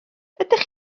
ydych